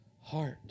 heart